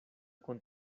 con